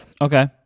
Okay